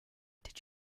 did